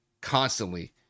constantly